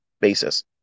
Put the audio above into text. basis